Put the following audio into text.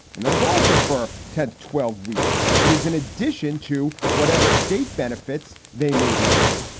and that is also for ten to twelve weeks. it is in addition to whatever state benefits they may be getting.